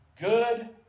good